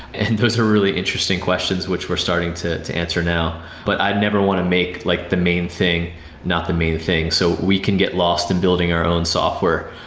and those are really interesting questions, which we're starting to to answer now. but i never want to make like the main thing not the main thing, so we can get lost in building our own software.